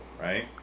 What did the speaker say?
right